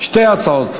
מתנגדים,